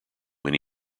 when